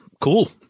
Cool